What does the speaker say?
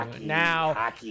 Now